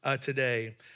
today